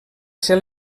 ser